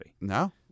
No